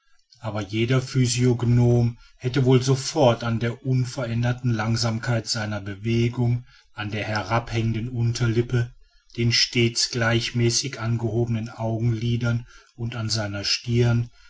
aber jeder physiognom hätte wohl sofort an der unveränderten langsamkeit seiner bewegungen an der herabhängenden unterlippe den stets gleichmäßig gehobenen augenlidern und an seiner stirn